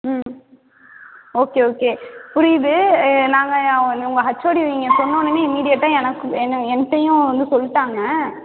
ம் okay okay புரியுது நாங்கள் உங்கள் ஹச்ஓடி நீங்கள் சொன்ன உடனே இமீடியட்டாக எனக்கு என்ன என்கிட்டையும் வந்து சொல்லிட்டாங்க